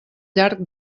llarg